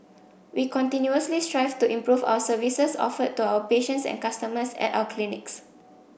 we continuously strive to improve our services offered to our patients and customers at our clinics